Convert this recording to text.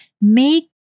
make